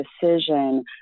decision